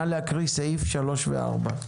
נא להקריא סעיפים 3 ו-4.